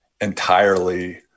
entirely